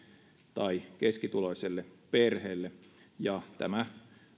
tai keskituloiselle perheelle tämä